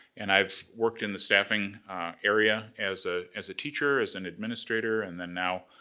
and i've worked in the staffing area as ah as a teacher, as an administrator and then now,